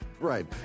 Right